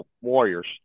warriors